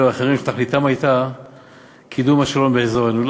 ואחרים שתכליתם הייתה קידום השלום באזורנו.